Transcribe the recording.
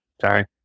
Sorry